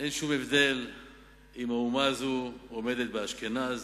אין שום הבדל אם האומה הזאת נמצאת באשכנז,